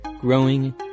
growing